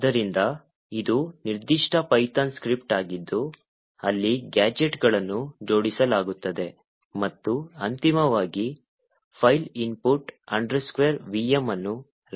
ಆದ್ದರಿಂದ ಇದು ನಿರ್ದಿಷ್ಟ ಪೈಥಾನ್ ಸ್ಕ್ರಿಪ್ಟ್ ಆಗಿದ್ದು ಅಲ್ಲಿ ಗ್ಯಾಜೆಟ್ಗಳನ್ನು ಜೋಡಿಸಲಾಗುತ್ತದೆ ಮತ್ತು ಅಂತಿಮವಾಗಿ ಫೈಲ್ input vm ಅನ್ನು ರಚಿಸಲಾಗುತ್ತದೆ